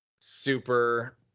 super